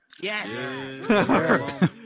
Yes